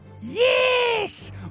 Yes